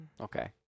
Okay